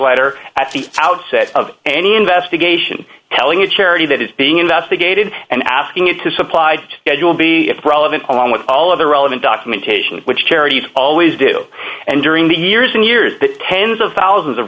the outset of any investigation telling a charity that is being investigated and asking it to supplied to schedule be relevant along with all of the relevant documentation which charities always do and during the years and years the s of thousands of